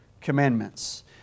Commandments